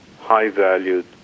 high-valued